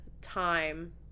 time